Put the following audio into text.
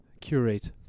Curate